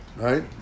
Right